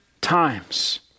times